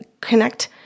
connect